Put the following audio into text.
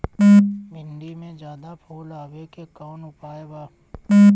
भिन्डी में ज्यादा फुल आवे के कौन उपाय बा?